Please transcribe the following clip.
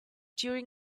during